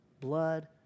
blood